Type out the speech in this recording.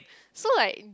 so like in the